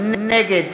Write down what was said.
נגד